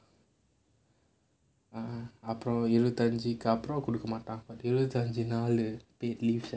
அப்புறம் இருபத்தியஞ்சுக்கு அப்புறம் கொடுக்க மாட்டான் இருபத்தியஞ்சு நாள்:appuram irupathiyanjukku appuram kodukka maattaan irupathi anju naal leave paid leave sia